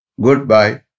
goodbye